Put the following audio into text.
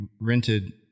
rented